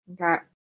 Okay